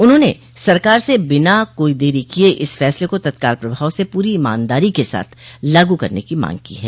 उन्होंने सरकार से बिना कोई देरी किये इस फैसले को तत्काल प्रभाव से पूरी ईमानदारी के साथ लागू करने की मांग की है